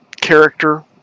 character